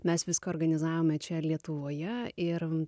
mes viską organizavome čia lietuvoje ir